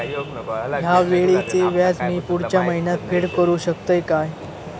हया वेळीचे व्याज मी पुढच्या महिन्यात फेड करू शकतय काय?